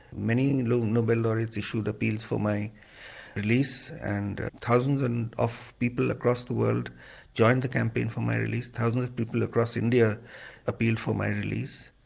many nobel laureates issued appeals for my release and thousands and of people across the world joined the campaign for my release, thousands of people across india appealed for my release.